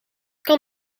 kan